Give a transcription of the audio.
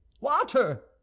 Water